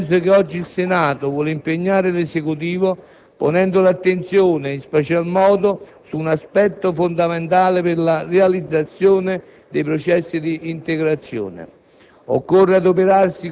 ed è proprio in tal senso che oggi il Senato vuol impegnare l'Esecutivo, ponendo l'attenzione in special modo su un aspetto fondamentale per la realizzazione dei processi di integrazione.